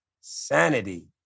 sanity